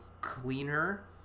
cleaner